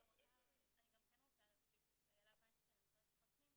איילה וינשטיין מהמשרד לביטחון פנים.